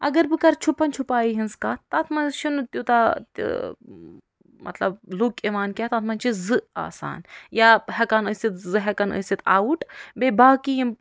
اگر بہٕ کَرٕ چھُپن چھُپایی ہِنٛز کَتھ تَتھ منٛز چھُنہٕ تیوٗتاہ تہِ مطلب لُک یِوان کینٛہہ تَتھ منٛز چھِ زٕ آسان یا ہیکن زٕ ہیکن ٲسِتھ آوُٹ بییٚہِ باقی یِم